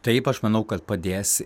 taip aš manau kad padės